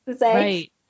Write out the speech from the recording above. right